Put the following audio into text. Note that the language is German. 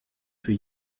für